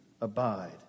abide